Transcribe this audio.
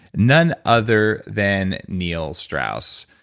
none other than neil strauss.